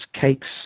cakes